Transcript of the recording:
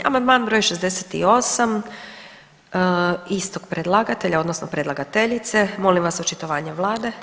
Amandman br. 68. istog predlagatelja odnosno predlagateljice, molim vas očitovanje vlade.